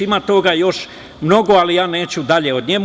Ima toga još mnogo, ali ja neću dalje o njemu.